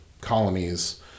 colonies